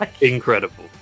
Incredible